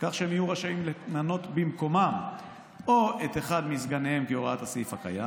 כך שהם יהיו רשאים למנות במקומם או את אחד מסגניהם כהוראת הסעיף הקיים